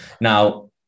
Now